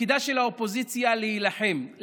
תפקידה של האופוזיציה להילחם,